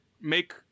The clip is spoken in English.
make